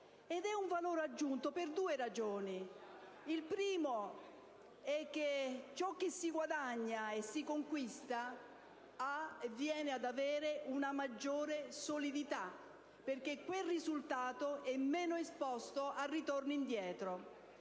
un valore aggiunto; e ciò per due ragioni. Innanzitutto, quel che si guadagna e si conquista viene ad avere una maggiore solidità perché quel risultato è meno esposto a ritorni indietro;